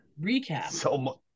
recap